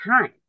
time